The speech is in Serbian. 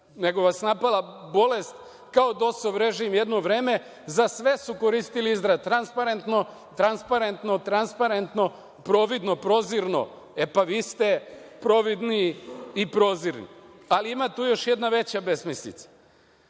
Nego vas napala bolest, kao DOS-ov režim jedno vreme i za sve su koristili izraz „transparentno“, „transparentno“, „transparentno“, „providno“, „prozirno“. E, pa, vi ste providni i prozirni. Ima tu još jedna veća besmislica.